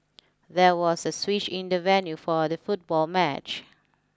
there was a switch in the venue for the football match